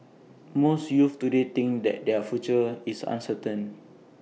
most youths today think that their future is uncertain